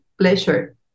pleasure